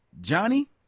Johnny